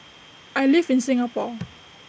I live in Singapore